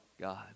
God